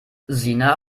sina